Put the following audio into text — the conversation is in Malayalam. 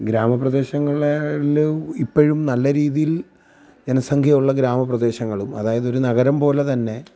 ഗ്രാമപ്രദേശങ്ങളിൽ ഇപ്പോഴും നല്ല രീതിയിൽ ജനസംഖ്യയുള്ള ഗ്രാമപ്രദേശങ്ങളും അതായതൊരു നഗരം പോലെ തന്നെ